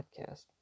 podcast